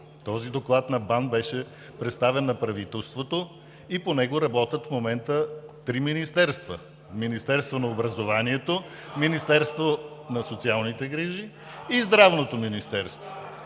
този доклад на БАН беше представен на правителството и по него работят в момента три министерства: Министерството на образованието, Министерството на социалните грижи и Здравното министерство.